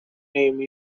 name